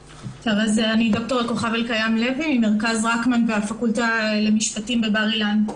אני ד"ר כוכב אלקיים לוי ממרכז רקמן והפקולטה למשפטים בבר אילן.